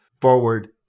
forward